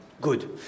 Good